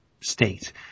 state